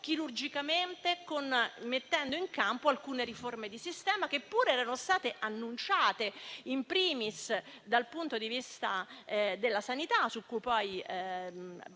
chirurgicamente, mettendo in campo alcune riforme di sistema che pure erano state annunciate *in primis* in materia di sanità, su cui poi farò